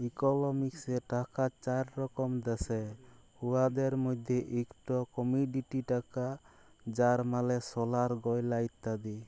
ইকলমিক্সে টাকার চার রকম দ্যাশে, উয়াদের মইধ্যে ইকট কমডিটি টাকা যার মালে সলার গয়লা ইত্যাদি